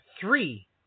Three